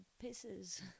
pieces